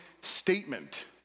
statement